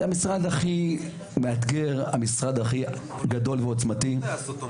זה המשרד הכי מאתגר, המשרד הכי גדול ועוצמתי.